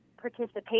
participation